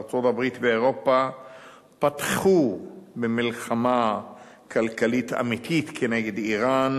ארצות-הברית ואירופה פתחו במלחמה כלכלית אמיתית כנגד אירן.